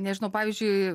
nežinau pavyzdžiui